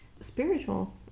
spiritual